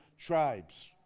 tribes